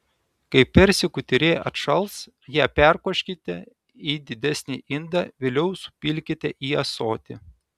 kai persikų tyrė atšals ją perkoškite į didesnį indą vėliau supilkite į ąsotį